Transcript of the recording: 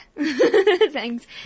thanks